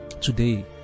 today